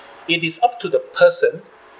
it is up to the person